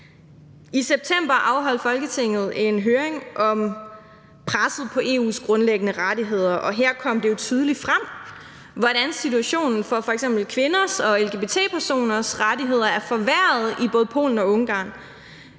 I september afholdt Folketinget en høring om presset på EU’s grundlæggende rettigheder, og her kom det jo tydeligt frem, hvordan situationen for f.eks. kvinders og lgbt-personers rettigheder er forværret i både Polen og Ungarn.